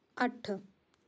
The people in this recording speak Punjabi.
ਅੱਠ